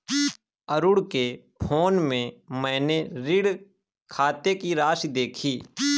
अरुण के फोन में मैने ऋण खाते की राशि देखी